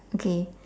okay